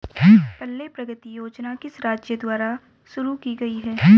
पल्ले प्रगति योजना किस राज्य द्वारा शुरू की गई है?